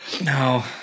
No